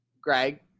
Greg